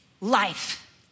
life